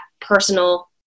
personal